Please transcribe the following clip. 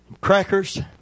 crackers